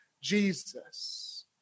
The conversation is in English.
Jesus